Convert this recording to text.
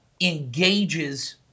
engages